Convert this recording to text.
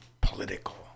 political